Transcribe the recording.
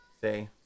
say